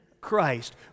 Christ